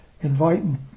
inviting